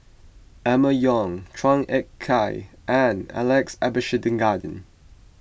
Emma Yong Chua Ek Kay and Alex Abisheganaden